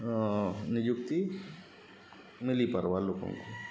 ନିଯୁକ୍ତି ମିଲିପାର୍ବା ଲୋକଙ୍କୁ